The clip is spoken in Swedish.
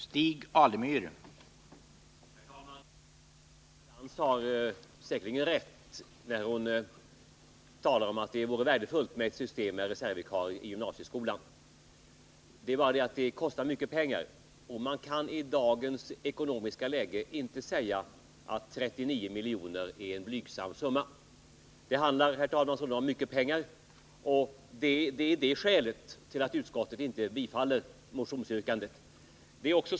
Herr talman! Inga Lantz har säkerligen rätt när hon talar om att det vore värdefullt med ett system med reservvikarier i gymnasieskolan. Det är bara det att det kostar mycket pengar, och man kan i dagens ekonomiska läge inte säga att 39 miljoner är en blygsam summa. Att det kostar mycket pengar är skälet till att utskottet inte tillstyrker motionsyrkandet.